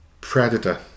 Predator